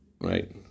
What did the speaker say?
Right